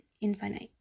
infinite